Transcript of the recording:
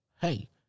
Hey